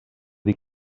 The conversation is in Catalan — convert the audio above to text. dir